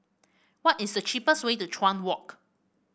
what is the cheapest way to Chuan Walk